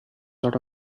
sort